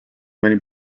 many